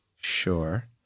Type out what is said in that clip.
Sure